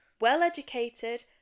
well-educated